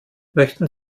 möchten